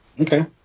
Okay